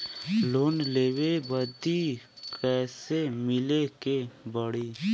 Loan लेवे बदी कैसे मिले के पड़ी?